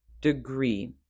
degree